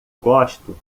gosto